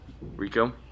Rico